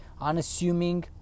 unassuming